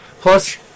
Plus